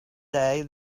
day